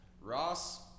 Ross